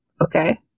okay